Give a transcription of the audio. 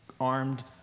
armed